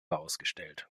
ausgestellt